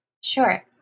Sure